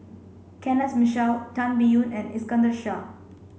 Kenneth Mitchell Tan Biyun and Iskandar Shah